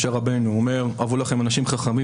משה רבנו אומר: "הבו לכם אנשים חכמים